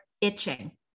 itching